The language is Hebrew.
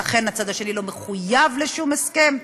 ולכן הצד השני לא מחויב לשום הסכם,